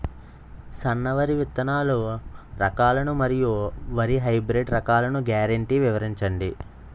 సన్న వరి విత్తనాలు రకాలను మరియు వరి హైబ్రిడ్ రకాలను గ్యారంటీ వివరించండి?